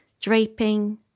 draping